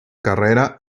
carrera